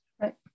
Right